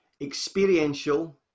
Experiential